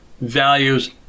values